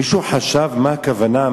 מישהו חשב מה הכוונה?